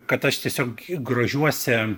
kad aš tiesiog grožiuosi